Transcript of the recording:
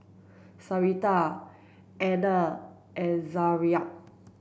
Sharita Etna and Zaria